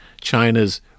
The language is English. China's